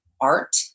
art